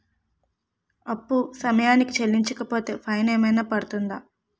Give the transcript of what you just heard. అప్పు సమయానికి చెల్లించకపోతే ఫైన్ ఏమైనా పడ్తుంద?